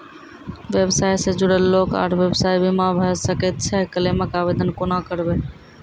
व्यवसाय सॅ जुड़ल लोक आर व्यवसायक बीमा भऽ सकैत छै? क्लेमक आवेदन कुना करवै?